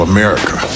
America